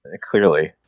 clearly